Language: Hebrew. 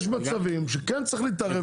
יש מצבים שכן צריך להתערב.